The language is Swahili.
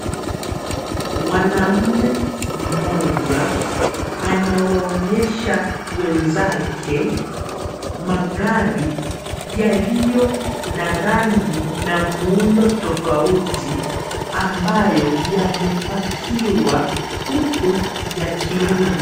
Mwanaume mmoja anawaonyesha wenzake magari yaliyo na rangi na muundo tofauti ambayo yamepakiwa huku yakiuzwa.